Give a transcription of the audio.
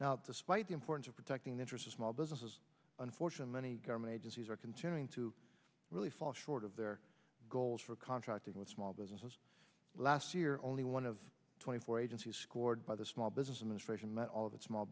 now despite the importance of protecting interest small businesses unfortunate many government agencies are continuing to really fall short of their goals for contracting with small businesses last year only one of twenty four agencies scored by the small business administration met all the small